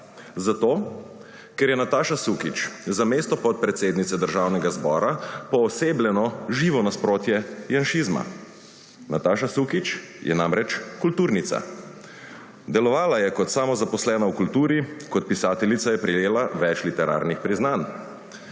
Zato ker je Nataša Sukič za mesto podpredsednice Državnega zbora poosebljeno živo nasprotje janšizma. Nataša Sukič je namreč kulturnica. Delovala je kot samozaposlena v kulturi, kot pisateljica je prejela več literarnih priznanj.